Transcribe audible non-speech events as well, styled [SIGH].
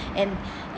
and [BREATH]